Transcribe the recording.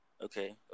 Okay